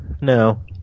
No